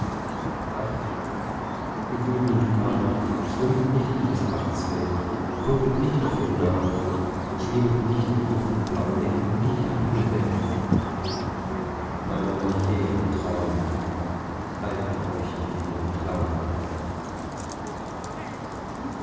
ihr güldenen dukaten schwimmt nicht in des baches well funkelt nicht auf grüner au schwebet nicht in lüften blau lächelt nicht am himmel hell meine manichäer traun halten euch in ihren klaun